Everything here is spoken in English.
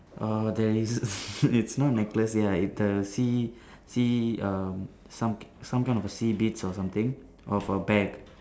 err there is its not necklace ya its a sea sea um some some kind of a sea beads or something of a bag